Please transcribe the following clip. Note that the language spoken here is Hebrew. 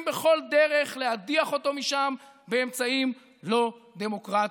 בכל דרך להדיח אותו משם באמצעים לא דמוקרטיים.